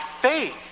faith